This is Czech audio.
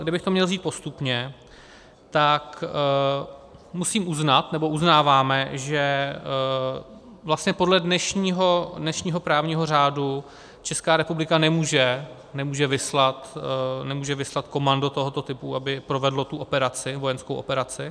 Kdybych to měl vzít postupně, tak musím uznat, nebo uznáváme, že vlastně podle dnešního právního řádu Česká republika nemůže vyslat komando tohoto typu, aby provedlo tu operaci, vojenskou operaci.